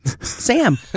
Sam